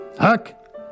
Huck